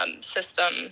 system